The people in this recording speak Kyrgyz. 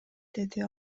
деди